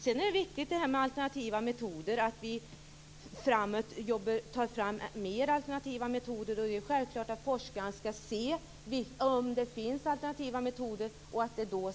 Sedan är det viktigt att framöver ta fram fler alternativa metoder. Om det finns alternativa metoder är det självklart att forskarna skall använda dem.